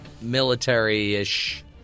military-ish